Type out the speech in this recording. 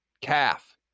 calf